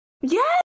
Yes